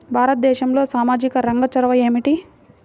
భారతదేశంలో సామాజిక రంగ చొరవ ఏమిటి?